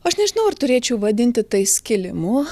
aš nežinau ar turėčiau vadinti tai skilimu